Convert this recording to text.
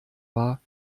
war